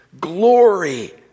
glory